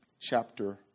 Chapter